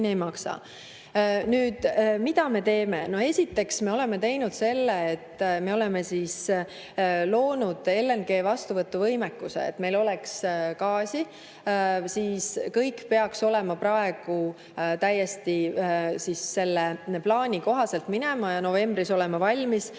Mida me teeme? Esiteks, me oleme teinud selle, et me oleme loonud LNG vastuvõtu võimekuse, et meil oleks gaasi. Kõik peaks praegu täiesti selle plaani kohaselt minema ja novembris valmis